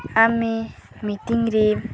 ଆମେ ମିଟିଙ୍ଗ୍ରେ